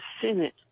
Senate